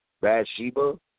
Bathsheba